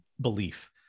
belief